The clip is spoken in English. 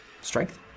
strength